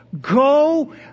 go